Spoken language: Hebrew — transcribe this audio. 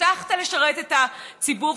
הבטחת לשרת את הציבור.